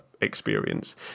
experience